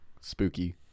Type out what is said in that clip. spooky